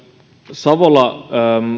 savola